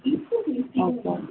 okay